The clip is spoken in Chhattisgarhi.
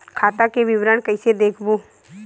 खाता के विवरण कइसे देखबो?